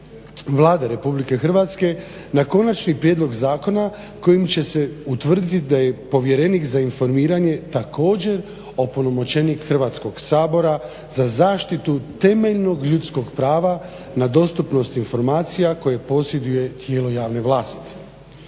Vlade RH na konačni prijedlog zakona kojim će se utvrditi da je povjerenik za informiranje također opunomoćenik Hrvatskog sabora za zaštitu temeljnog ljudskog prava na dostupnost informacija koje posjeduje tijelo javne vlasti.